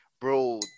bro